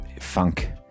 funk